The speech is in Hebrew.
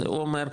הוא אומר,